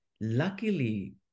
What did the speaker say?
Luckily